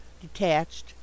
detached